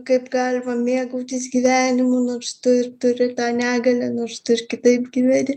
kaip galima mėgautis gyvenimu nors tu ir turi tą negalią nors tu ir kitaip gyventi